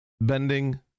bending